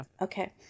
okay